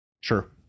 Sure